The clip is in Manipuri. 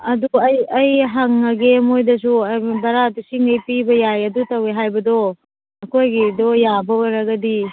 ꯑꯗꯨ ꯑꯩ ꯍꯪꯑꯒꯦ ꯃꯈꯣꯏꯗꯁꯨ ꯚꯥꯔꯥꯗꯨ ꯁꯩꯉꯩ ꯄꯤꯕ ꯌꯥꯏ ꯑꯗꯨ ꯇꯧꯏ ꯍꯥꯏꯕꯗꯣ ꯑꯩꯈꯣꯏꯒꯤꯗꯨ ꯌꯥꯕ ꯑꯣꯏꯔꯒꯗꯤ